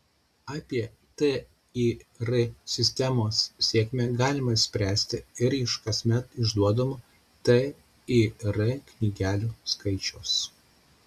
apie tir sistemos sėkmę galima spręsti ir iš kasmet išduodamų tir knygelių skaičiaus